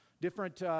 different